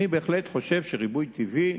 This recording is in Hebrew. אני בהחלט חושב שריבוי טבעי,